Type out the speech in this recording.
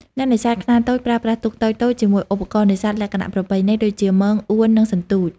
អ្នកនេសាទខ្នាតតូចប្រើប្រាស់ ទូកតូចៗ ជាមួយឧបករណ៍នេសាទលក្ខណៈប្រពៃណីដូចជា មង អួន និងសន្ទូច។